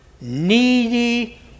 needy